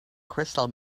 crystal